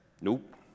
nope